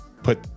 put